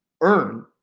earn